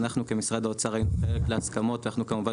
אנחנו כמשרד האוצר היינו חלק להסכמות שאנחנו כמובן